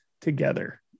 together